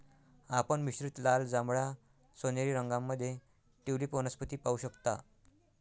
आपण मिश्रित लाल, जांभळा, सोनेरी रंगांमध्ये ट्यूलिप वनस्पती पाहू शकता